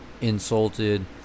insulted